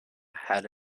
had